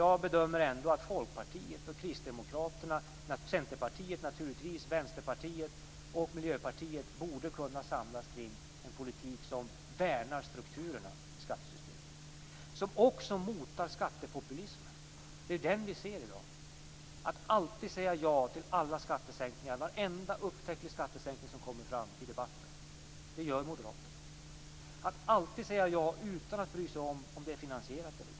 Jag bedömer ändå att Folkpartiet, Kristdemokraterna, Centerpartiet, Vänsterpartiet och Miljöpartiet borde kunna samlas kring en politik som värnar strukturerna i skattesystemet och motar skattepopulismen. Den ser vi ju i dag när man alltid säger ja till varenda upptänklig skattesänkning som kommer fram i debatten. Det gör Moderaterna. Det handlar om att alltid säga ja utan att bry sig om huruvida det är finansierat eller inte.